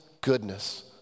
goodness